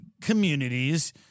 communities